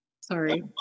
Sorry